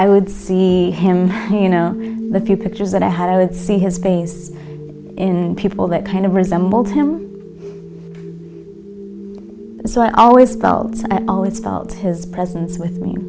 i would see him you know the few pictures that i had i would see his babies in people that kind of resembled him so i always felt always felt his presence w